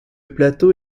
plateau